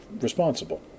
responsible